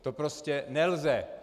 To prostě nelze.